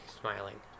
smiling